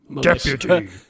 Deputy